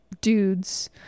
dudes